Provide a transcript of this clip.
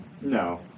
No